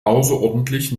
außerordentlich